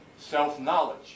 self-knowledge